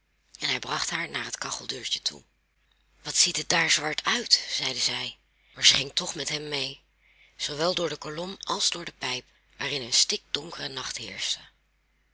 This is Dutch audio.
en hij bracht haar naar het kacheldeurtje toe wat ziet het daar zwart uit zeide zij maar ze ging toch met hem mee zoowel door de kolom als door de pijp waarin een stikdonkere nacht